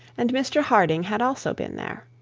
and mr harding had also been there.